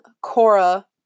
Cora